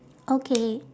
okay